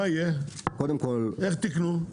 איך תקנו?